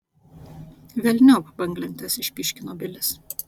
velniop banglentes išpyškino bilis